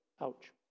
Ouch